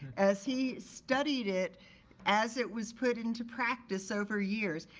as he studied it as it was put into practice over years,